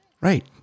Right